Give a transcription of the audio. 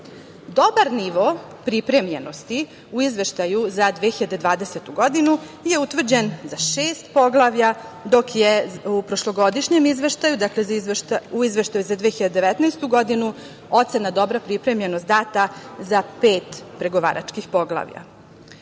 Dobar nivo pripremljenosti u izveštaju za 2020. godinu je utvrđen za šest poglavlja, dok je u prošlogodišnjem izveštaju, dakle u izveštaju za 2019. godinu ocena dobra pripremljenost data za pet pregovaračkih poglavlja.U